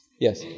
Yes